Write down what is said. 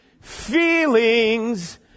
Feelings